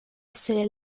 essere